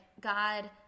God